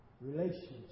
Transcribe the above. relationship